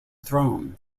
throne